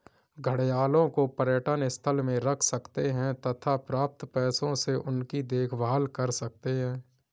घड़ियालों को पर्यटन स्थल में रख सकते हैं तथा प्राप्त पैसों से उनकी देखभाल कर सकते है